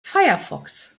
firefox